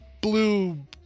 blue